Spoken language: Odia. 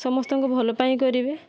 ସମସ୍ତଙ୍କ ଭଲ ପାଇଁ କରିବେ